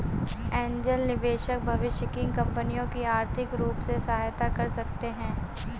angel निवेशक भविष्य की कंपनियों की आर्थिक रूप से सहायता कर सकते हैं